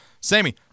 Sammy